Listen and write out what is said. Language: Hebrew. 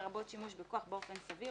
לרבות שימוש בכח באופן סביר,